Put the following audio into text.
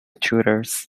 tutors